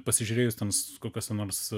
pasižiūrėjus tens kokiuose nors